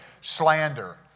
slander